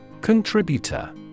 Contributor